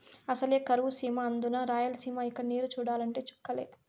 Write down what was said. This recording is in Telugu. అసలే కరువు సీమ అందునా రాయలసీమ ఇక నీరు చూడాలంటే చుక్కలే